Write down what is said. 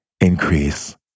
Increase